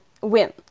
win